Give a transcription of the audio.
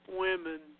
women